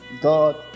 God